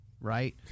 right